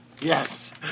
Yes